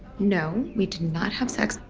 no, we did not have sex,